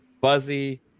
buzzy